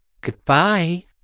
Goodbye